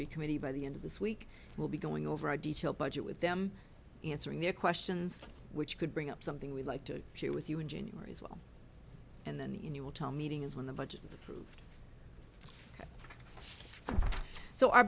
advisory committee by the end of this week we'll be going over a detailed budget with them answering their questions which could bring up something we'd like to share with you in january as well and then you will tell meeting is when the budget is approved so our